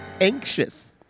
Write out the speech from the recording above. anxious